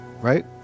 right